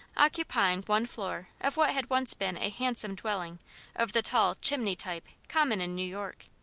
occupying one floor of what had once been a handsome dwelling of the tall chimney type common in new york.